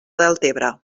deltebre